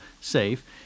safe